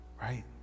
right